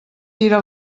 tira